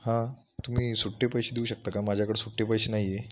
हां तुम्ही सुट्टे पैसे देऊ शकता का माझ्याकडे सुट्टे पैसे नाही आहे